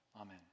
Amen